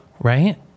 Right